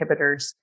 inhibitors